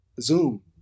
zoom